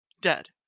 dead